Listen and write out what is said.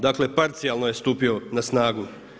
Dakle, parcijalno je stupio na snagu.